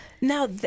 Now